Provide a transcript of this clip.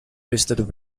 listed